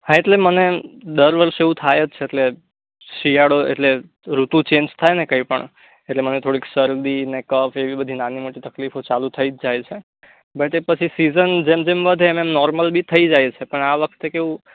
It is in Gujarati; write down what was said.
હા એટલે મને દર વર્ષે એવું થાય જ છે એટલે શિયાળો એટલે ઋતુ ચેંજ થાય ને કંઈ પણ એટલે મને શરદી ને કફ એવી બધી નાની મોટી તકલીફો ચાલુ થઈ જ જાય છે બટ એ પછી સિઝન જેમ જેમ વધે એમ નોર્મલ બી થઈ જાય છે પણ આ વખતે કેવું